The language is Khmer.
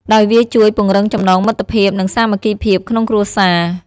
ដោយវាជួយ ពង្រឹងចំណងមិត្តភាព និងសាមគ្គីភាពក្នុងគ្រួសារ។